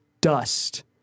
dust